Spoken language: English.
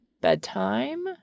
bedtime